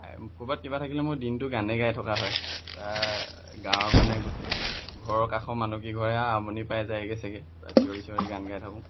ক'ৰবাত কিবা থাকিলে মোৰ দিনটো গানেই গাই থকা হয় গাঁৱৰ মানে গোটেই ঘৰৰ কাষৰ মানুহ কেইঘৰে আমনি পাই যায়গৈ চাগে পূৰা চিঞৰি চিঞৰি গান গাই থাকোঁ